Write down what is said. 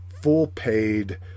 full-paid